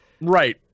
Right